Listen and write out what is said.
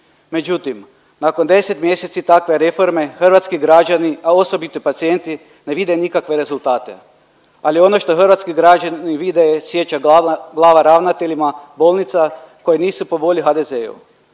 Međutim, nakon 10 mjeseci takve reforme hrvatski građani, a osobito pacijenti ne vide nikakve rezultate. Ali ono što hrvatski građani vide je sjeća glava ravnateljima bolnica koje nisu po volji HDZ-u,